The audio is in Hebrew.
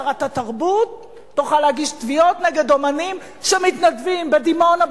שרת התרבות תוכל להגיש תביעות נגד אמנים שמתנדבים בדימונה,